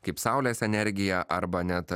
kaip saulės energija arba net